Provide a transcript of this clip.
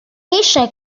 eisiau